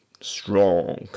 strong